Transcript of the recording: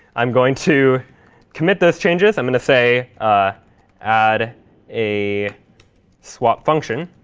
i'm going to commit those changes. i'm going to say ah add a swap function.